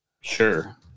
sure